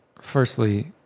Firstly